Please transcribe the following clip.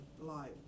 life